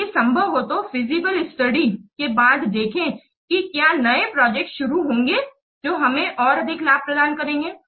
यदि संभव हो तो फीजिबल स्टडी के बाद देखें कि क्या नए प्रोजेक्ट शुरू होंगे जो हमें और अधिक लाभ प्रदान करेंगे